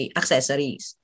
accessories